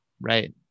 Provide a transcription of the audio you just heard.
right